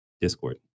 Discord